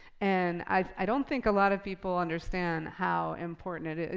and i don't think a lot of people understand how important it is.